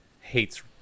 hates